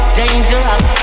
dangerous